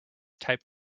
type